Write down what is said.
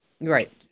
Right